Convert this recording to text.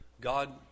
God